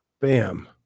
Bam